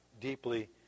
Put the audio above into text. deeply